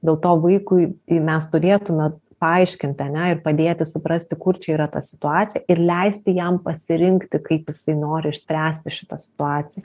dėl to vaikui tai mes turėtume paaiškint ane ir padėti suprasti kur čia yra ta situacija ir leisti jam pasirinkti kaip jisai nori išspręsti šitą situaciją